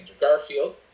Garfield